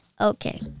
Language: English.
Okay